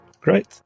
Great